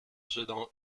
sedan